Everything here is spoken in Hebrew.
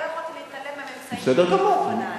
לא יכולתי להתעלם מהממצאים שהובאו בפני.